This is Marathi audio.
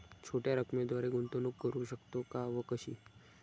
छोट्या रकमेद्वारे गुंतवणूक करू शकतो का व कशी?